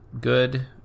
good